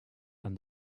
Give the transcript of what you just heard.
and